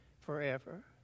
forever